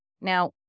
Now